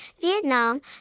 Vietnam